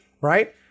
Right